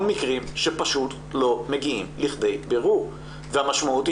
מקרים שפשוט לא מגיעים לכדי בירור והמשמעות היא